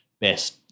best